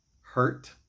hurt